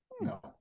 No